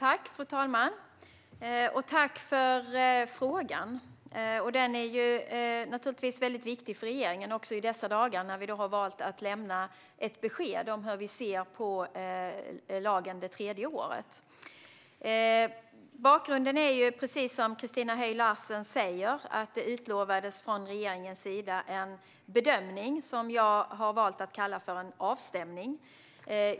Fru talman! Jag tackar för frågan. Den är viktig för regeringen i dessa dagar när vi har valt att lämna ett besked om hur vi ser på lagen det tredje året. Bakgrunden är, precis som Christina Höj Larsen säger, att regeringen utlovade en bedömning, som jag har valt att kalla en avstämning.